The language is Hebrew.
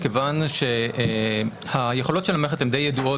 מכיוון שהיכולות של המערכת הן די ידועות.